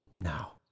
Now